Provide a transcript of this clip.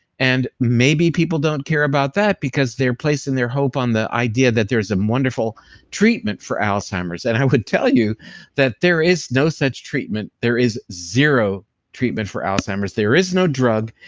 and maybe people don't care about that because they're placing their hope on the idea that there's a wonderful treatment for alzheimer's, and i would tell you that there is no such treatment, there is zero treatment for alzheimer's. there is no drug,